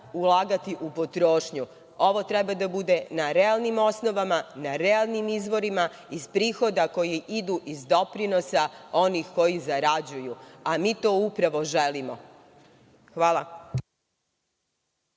ulagati u potrošnju. Ovo treba da bude na realnim osnovama, na realnim izvorima, iz prihoda koji idu iz doprinosa onih koji zarađuju, a mi to upravo želimo. Hvala.